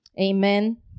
Amen